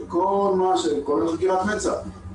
כולל חקירת מצ"ח.